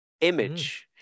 image